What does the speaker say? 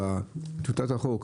בטיוטת החוק,